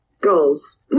Goals